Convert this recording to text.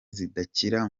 zidakira